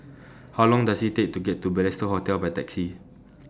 How Long Does IT Take to get to Balestier Hotel By Taxi